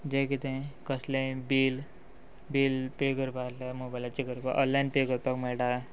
जे कितें कसलेय bill bill pay करपाक आसल्यार मोबायलाचे करपाक ऑनलायन पे करपाक मेळटा